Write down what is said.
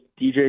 DJ